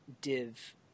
div